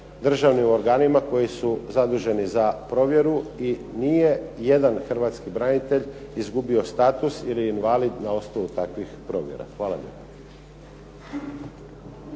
državnim organima koji su zaduženi za provjeru i nije ni jedan Hrvatski branitelj izgubio status ili invalid na osnovu takvih provjera. Hvala